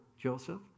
Joseph